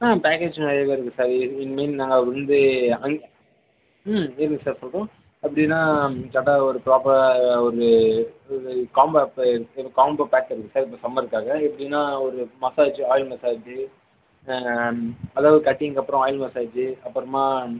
ஆ package நிறையவே இருக்குது sir நாங்கள் வந்து அன் ம்ம் இருக்குது சார் அப்படினா கரெக்ட்டாக ஒரு ப்ராப்பராக ஒரு இது காம்போ ப்ப காம்போ பேக்கேஜ் இருக்குது சார் இந்த சம்மருக்காக எப்படினா ஒரு மசாஜ் ஆயில் மசாஜி அதாவது கட்டிங் அப்புறம் ஆயில் மசாஜி அப்புறமா